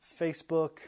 Facebook